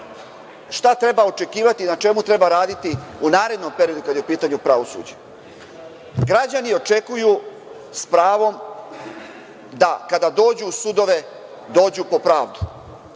šta treba očekivati, na čemu treba raditi u narednom periodu kada je u pitanju pravosuđe? Građani očekuju, sa pravom, da kada dođu u sudove dođu po pravdu,